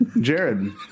Jared